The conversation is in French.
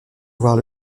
voire